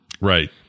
Right